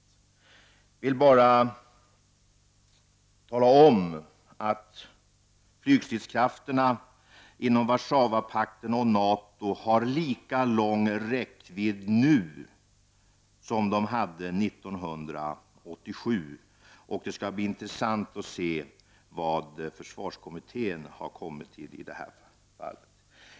Jag vill bara tala om att flygstridskrafterna inom Warszawapakten och NATO har lika lång räckvidd nu som de hade 1987. Det skall bli intressant att se vilken bedömning försvarskommittén gör i detta fall.